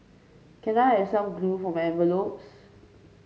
can I have some glue for my envelopes